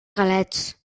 galets